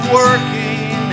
working